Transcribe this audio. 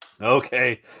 Okay